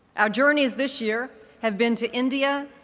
our journeys this year have been to india,